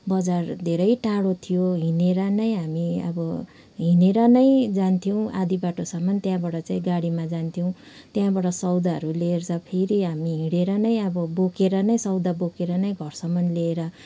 बजार धेरै टाढो थियो हिँडेर नै हामी अब हिँडेर नै जान्थ्यौँ आधी बाटोसम्म त्यहाँबाट चाहिँ गाडीमा जान्थ्यौँ त्यहाँबाट सौदाहरू लिएर चाहिँ फेरि हामी हिँडेर नै अब बोकेर नै सौदा बोकेर नै घरसम्म लिएर